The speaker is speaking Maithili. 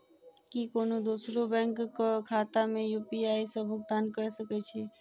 की कोनो दोसरो बैंक कऽ खाता मे यु.पी.आई सऽ भुगतान कऽ सकय छी?